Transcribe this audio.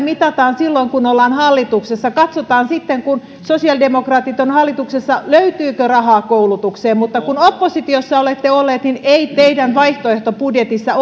mitataan silloin kun ollaan hallituksessa katsotaan sitten kun sosiaalidemokraatit ovat hallituksessa löytyykö rahaa koulutukseen mutta kun oppositiossa olette olleet niin ei teidän vaihtoehtobudjetissa